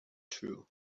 true